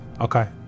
Okay